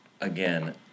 Again